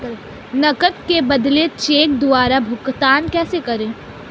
नकद के बदले चेक द्वारा भुगतान कैसे करें?